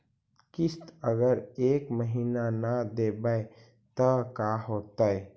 किस्त अगर एक महीना न देबै त का होतै?